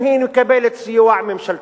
האם היא מקבלת סיוע ממשלתי.